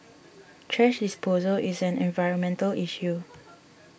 thrash disposal is an environmental issue